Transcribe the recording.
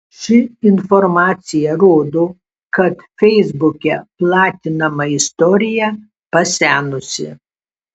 ši informacija rodo kad feisbuke platinama istorija pasenusi